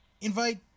Invite